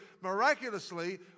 miraculously